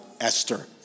Esther